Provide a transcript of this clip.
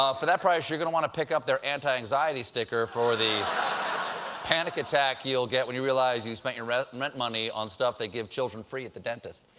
ah for that price, you're going to want to pick up their anti-anxiety sticker for the panic attack you'll get when you realize you spent your rent and rent money on stuff they give children free at the dentist.